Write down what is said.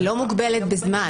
היא לא מוגבלת בזמן.